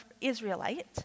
Israelite